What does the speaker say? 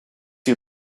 you